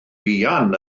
fuan